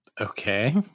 Okay